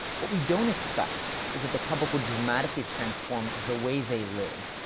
what we don't expect is that the public will dramatically transform the way they live,